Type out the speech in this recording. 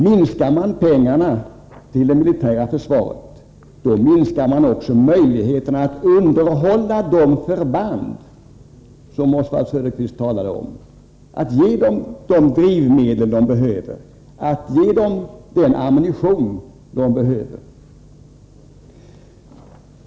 Minskar man pengarna till det militära försvaret minskar man också möjligheterna att underhålla de förband som Oswald Söderqvist talade om, att ge dem de drivmedel de behöver och att ge dem den ammunition de behöver.